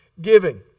giving